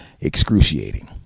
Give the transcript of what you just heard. Excruciating